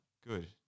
Good